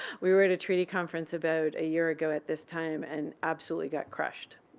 we were at a treaty conference about a year ago at this time and absolutely got crushed.